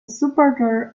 supporter